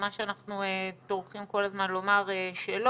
מה שאנחנו טורחים כל הזמן לומר שלא,